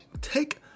take